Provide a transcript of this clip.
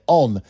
on